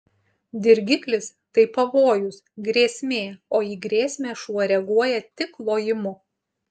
dirgiklis tai pavojus grėsmė o į grėsmę šuo reaguoja tik lojimu